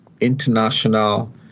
international